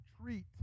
treat